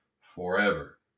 forever